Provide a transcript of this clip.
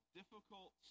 difficult